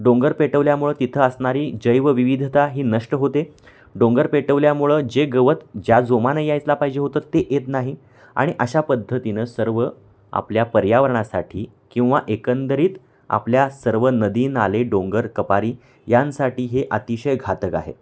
डोंगर पेटवल्यामुळं तिथं असणारी जैवविविधता ही नष्ट होते डोंगर पेटवल्यामुळं जे गवत ज्या जोमानं यायलाच पाहिजे होतं ते येत नाही आणि अशा पद्धतीनं सर्व आपल्या पर्यावरणासाठी किंवा एकंदरीत आपल्या सर्व नदीनाले डोंगर कपारी यांसाठी हे अतिशय घातक आहे